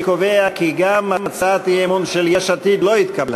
אני קובע כי גם הצעת האי-אמון של יש עתיד לא התקבלה.